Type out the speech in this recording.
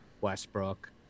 Westbrook